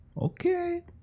Okay